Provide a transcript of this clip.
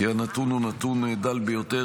כי הנתון הוא דל ביותר,